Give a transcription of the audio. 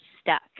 stuck